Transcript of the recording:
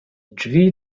drzwi